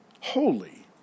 Holy